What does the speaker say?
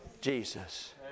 Jesus